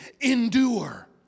endure